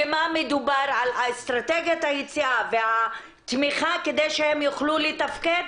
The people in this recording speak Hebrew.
ומה היה מדובר על אסטרטגית והתמיכה כדי שהם יוכלו לתפקד,